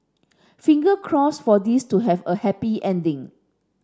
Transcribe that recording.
finger crossed for this to have a happy ending